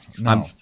No